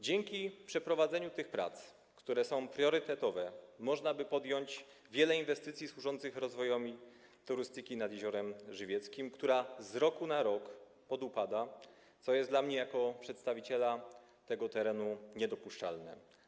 Dzięki przeprowadzeniu tych prac, które są priorytetowe, można by podjąć wiele inwestycji służących rozwojowi turystyki nad Jeziorem Żywieckim, która z roku na rok podupada, co jest dla mnie jako przedstawiciela tego terenu niedopuszczalne.